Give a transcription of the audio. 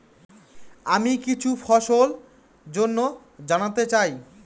আমি কিছু ফসল জন্য জানতে চাই